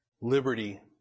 Liberty